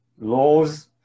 laws